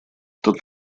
тот